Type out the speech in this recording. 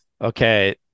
okay